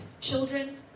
children